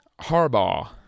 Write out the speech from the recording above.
Harbaugh